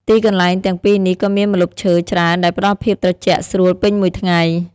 ទីកន្លែងទាំងពីរនេះក៏មានម្លប់ឈើច្រើនដែលផ្តល់ភាពត្រជាក់ស្រួលពេញមួយថ្ងៃ។